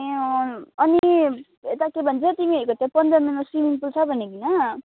ए अँ अनि यता के भन्छ तिमीहरूको त्यो पन्ध्र माइलमा स्विमिङ पुल छ भनेको होइन